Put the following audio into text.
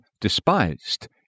despised